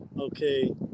okay